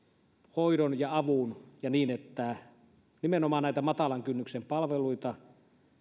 hoidon ja avun niin että nimenomaan näitä matalan kynnyksen palveluita